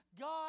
God